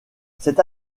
cette